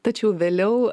tačiau vėliau